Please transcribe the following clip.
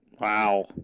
wow